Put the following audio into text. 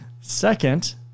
Second